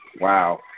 wow